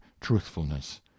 truthfulness